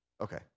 Okay